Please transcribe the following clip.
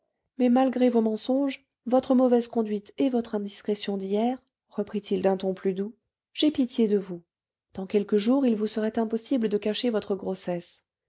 mais malgré vos mensonges votre mauvaise conduite et votre indiscrétion d'hier reprit-il d'un ton plus doux j'ai pitié de vous dans quelques jours il vous serait impossible de cacher votre grossesse